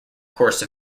course